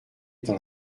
dans